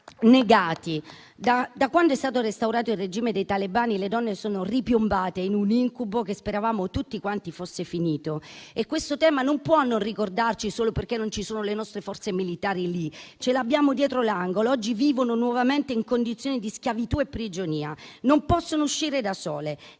Da quando è stato restaurato il regime dei talebani le donne sono ripiombate in un incubo che speravamo tutti quanti fosse finito, e questo tema non può non riguardarci solo perché le nostre forze militari non sono lì; ce l'abbiamo dietro l'angolo. Oggi le donne vivono nuovamente in condizioni di schiavitù e prigionia: non possono uscire da sole,